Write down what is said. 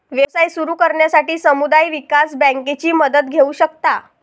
व्यवसाय सुरू करण्यासाठी समुदाय विकास बँकेची मदत घेऊ शकता